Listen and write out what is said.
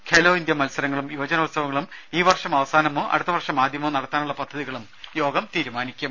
Khelo India മത്സരങ്ങളും യുവനജോത്സവങ്ങളും ഈ വർഷം അവസാനമോ അടുത്ത വർഷം ആദ്യമോ നടത്താനുള്ള പദ്ധതികളും യോഗം തീരുമാനിക്കും